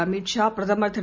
அமித் ஷா பிரதமர் திரு